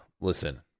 Listen